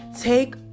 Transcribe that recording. Take